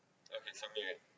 ya can submit right